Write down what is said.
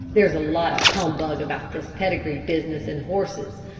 there's a lot of humbug about this pedigree business in horses.